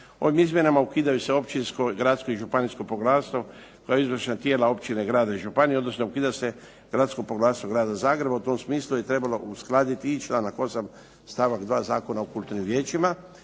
Ovim izmjenama ukidaju se općinsko, gradsko i županijsko poglavarstvo izvršna tijela općine, grada i županije odnosno ukida se Gradsko poglavarstvo Grada Zagreba. U tom smislu je trebalo uskladiti i članak 8. stavak 2. Zakona o kulturnim vijećima.